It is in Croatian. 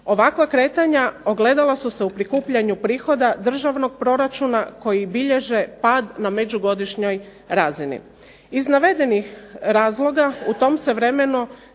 Ovakva kretanja ogledalo su se u prikupljanju prihoda državnog proračuna koji bilježi pad na međugodišnjoj razini. Iz navedenih razloga u tom se vremenu